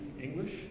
English